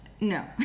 No